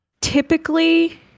Typically